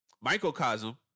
Microcosm